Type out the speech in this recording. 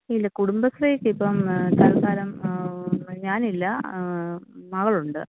ഇല്ല കുടുംബശ്രീക്ക് ഇപ്പം തൽക്കാലം ഞാനില്ല മകളുണ്ട്